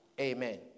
Amen